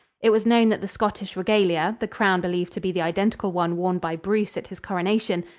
it was known that the scottish regalia the crown believed to be the identical one worn by bruce at his coronation,